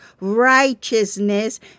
righteousness